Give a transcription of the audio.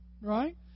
right